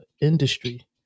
industry